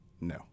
No